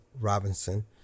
Robinson